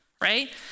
right